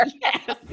Yes